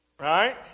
Right